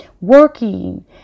Working